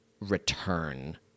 return